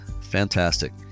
Fantastic